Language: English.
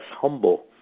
humble